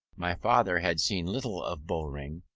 my father had seen little of bowring,